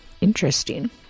Interesting